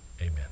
Amen